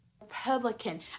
republican